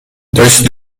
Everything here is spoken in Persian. داشتی